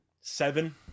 seven